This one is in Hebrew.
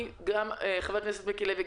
גם חבר הכנסת מיקי לוי,